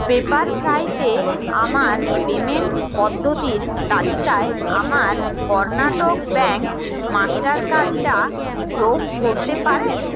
পেপারফ্রাইতে আমার পেমেন্ট পদ্ধতির তালিকায় আমার কর্ণাটক ব্যাঙ্ক মাস্টার কার্ডটা যোগ করতে পারেন